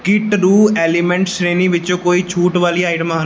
ਕੀ true elements ਸ਼੍ਰੇਣੀ ਵਿੱਚ ਕੋਈ ਛੂਟ ਵਾਲੀਆਂ ਆਈਟਮਾਂ ਹਨ